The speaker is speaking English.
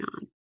on